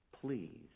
Please